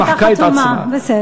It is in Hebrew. היא מחקה את עצמה.